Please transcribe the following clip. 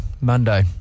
Monday